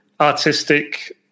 artistic